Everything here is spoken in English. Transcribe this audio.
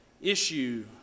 issue